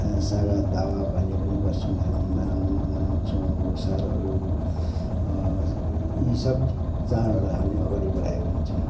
सागा दावा भन्ने पनि गर्छौँ हामी मनाउ मनाउछौँ लोसारहरू यी सब चाडहरू हामीले अगाडी बढाएको हुन्छौँ